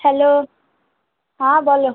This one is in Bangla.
হ্যালো হ্যাঁ বলো